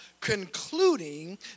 concluding